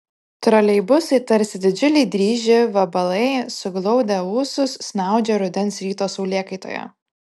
troleibusai tarsi didžiuliai dryži vabalai suglaudę ūsus snaudžia rudens ryto saulėkaitoje